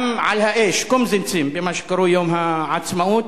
גם "על האש" קומזיצים, במה שקרוי יום העצמאות,